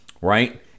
Right